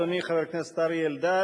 אדוני חבר הכנסת אריה אלדד,